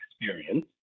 experience